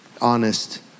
honest